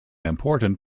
important